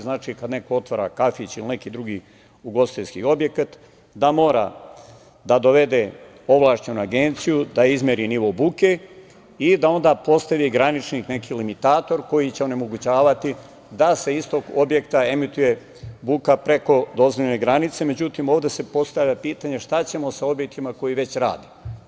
Znači, kada neko otvara kafić, ili ugostiteljski objekat, da mora da dovede ovlašćenu agenciju, da izmeri nivo buke i da onda postavi graničnik, neki limitator, koji će onemogućavati da sa istog objekta emituje buka preko dozvoljene granice, međutim ovde se postavlja pitanja šta ćemo sa objektima koji već rade?